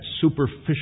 superficial